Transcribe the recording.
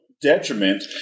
detriment